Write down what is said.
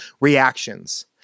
reactions